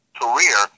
career